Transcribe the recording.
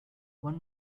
one